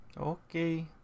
Okay